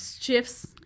shifts